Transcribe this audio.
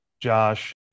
Josh